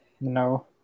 No